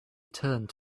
turned